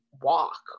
walk